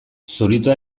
zuritoa